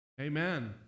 Amen